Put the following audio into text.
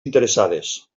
interessades